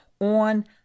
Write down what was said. on